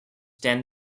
ten